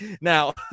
now